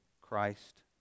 Christ